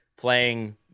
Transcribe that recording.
playing